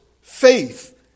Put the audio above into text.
Faith